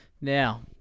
Now